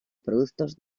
productos